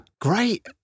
Great